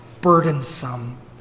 burdensome